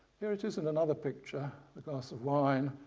here it is and another picture the glass of wine.